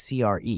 CRE